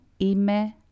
Ime